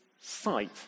site